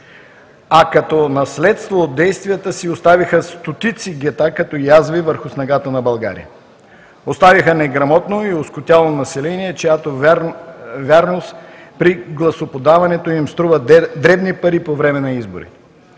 а като наследство от действията си оставиха стотици гета, като язви върху снагата на България; оставиха неграмотно и оскотяло население, чиято вярност при гласоподаването – по време на избори,